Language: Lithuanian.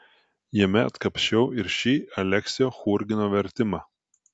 jame atkapsčiau ir šį aleksio churgino vertimą